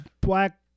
Black